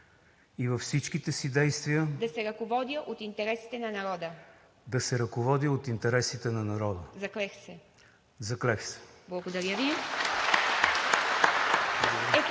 и във всичките си действия да се ръководя от интересите на народа. Заклех се!“